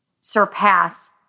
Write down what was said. surpass